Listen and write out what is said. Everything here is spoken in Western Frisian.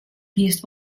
hiest